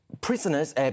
prisoners